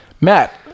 Matt